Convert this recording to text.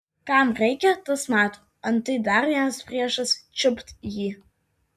kam reikia tas mato antai dar vienas priešas čiupt jį